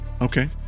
Okay